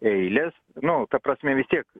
eilės nu ta prasme vis tiek